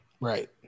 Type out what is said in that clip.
Right